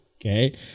Okay